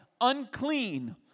unclean